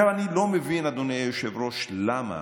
אני לא מבין, אדוני היושב-ראש, למה